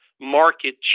market